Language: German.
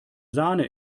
sahne